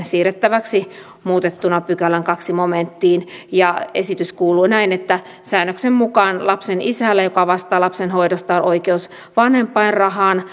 siirrettäväksi muutettuna pykälän toiseen momenttiin esitys kuuluu näin että säännöksen mukaan lapsen isällä joka vastaa lapsen hoidosta on oikeus vanhempainrahaan